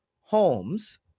homes